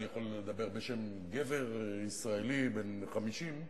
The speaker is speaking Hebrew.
אני יכול לדבר בשם גבר ישראלי בן 50,